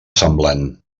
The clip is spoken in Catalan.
semblant